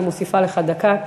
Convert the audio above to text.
אני מוסיפה לך דקה,